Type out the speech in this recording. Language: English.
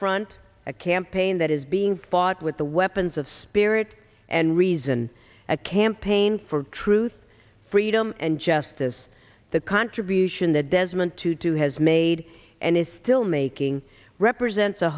front a campaign that is being fought with the weapons of spirit and reason a campaign for truth freedom and justice the contribution that desmond tutu has made and is still making represents a